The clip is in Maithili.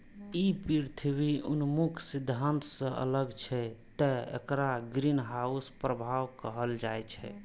ई पृथ्वी उन्मुख सिद्धांत सं अलग छै, तें एकरा ग्रीनहाउस प्रभाव कहल जाइ छै